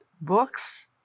books